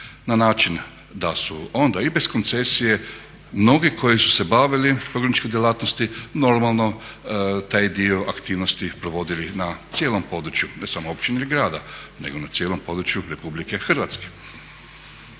na način da su onda i bez koncesije mnogi koji su se bavili pogrebničkom djelatnosti normalno taj dio aktivnosti provodili na cijelom području ne samo općine ili grada nego na cijelom području Republike Hrvatske.